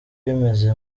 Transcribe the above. bimeze